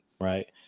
right